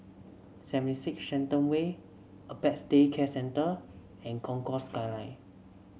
Seventy Six Shenton Way Apex Day Care Centre and Concourse Skyline